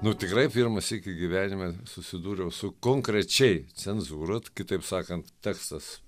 nu tikrai pirmą sykį gyvenime susidūriau su konkrečiai cenzūra kitaip sakant tekstas